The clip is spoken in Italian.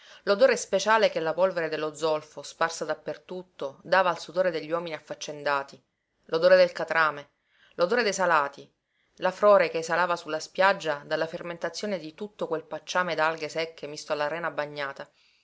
l'odore speciale che la polvere dello zolfo sparsa dappertutto dava al sudore degli uomini affaccendati l'odore del catrame l'odore dei salati l'afrore che esalava sulla spiaggia dalla fermentazione di tutto quel pacciame d'alghe secche misto alla rena bagnata